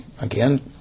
again